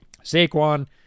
Saquon